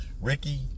Ricky